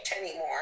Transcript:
anymore